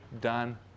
done